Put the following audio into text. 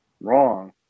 wrong